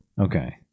Okay